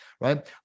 right